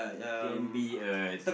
can be a